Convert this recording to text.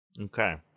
Okay